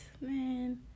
man